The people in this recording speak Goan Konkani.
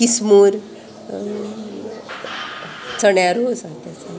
किसमूर चण्या रोस आसा तेचो